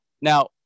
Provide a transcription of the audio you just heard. Now